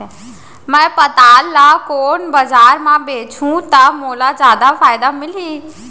मैं पताल ल कोन बजार म बेचहुँ त मोला जादा फायदा मिलही?